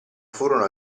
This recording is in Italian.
furono